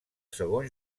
segon